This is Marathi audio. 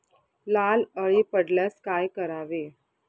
लाल अळी पडल्यास काय करावे?